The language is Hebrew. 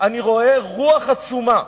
אני רואה רוח עצומה.